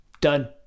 Done